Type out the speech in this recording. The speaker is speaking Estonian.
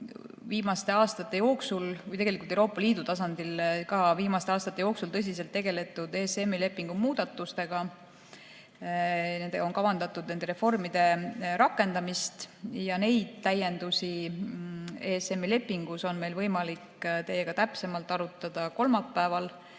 finantseerimistegevuse kõrval on Euroopa Liidu tasandil viimaste aastate jooksul tõsiselt tegeletud ESM-i lepingu muudatustega ja on kavandatud nende reformide rakendamist. Neid täiendusi ESM-i lepingus on meil võimalik teiega täpsemalt arutada kolmapäeval,